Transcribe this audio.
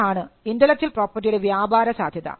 ഇതാണ് ഇന്റെലക്ച്വൽ പ്രോപ്പർട്ടിയുടെ വ്യാപാര സാധ്യത